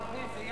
כן.